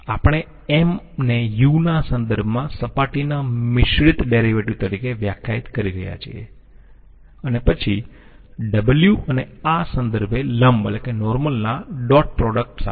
આપણે M ને u ના સંદર્ભમાં સપાટીના મિશ્રિત ડેરિવેટિવ તરીકે વ્યાખ્યાયિત કરી રહ્યા છીએ અને પછી W અને આ સંદર્ભે લંબના ડોટ પ્રોડક્ટ સાથે